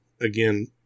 again